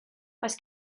oes